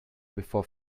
before